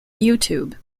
youtube